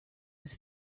with